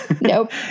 Nope